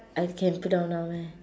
I can put down now meh